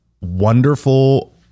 wonderful